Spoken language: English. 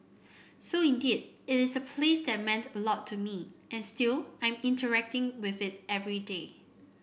so indeed it is a place that meant a lot to me and still I'm interacting with it every day